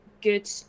good